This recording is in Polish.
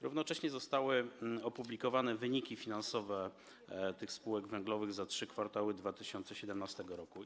Równocześnie zostały opublikowane wyniki finansowe tych spółek węglowych za 3 kwartały 2017 r.